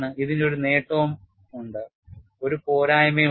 ഇതിന് ഒരു നേട്ടവും ഉണ്ട് ഒരു പോരായ്മയും ഉണ്ട്